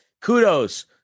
kudos